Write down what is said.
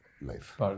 life